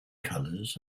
colors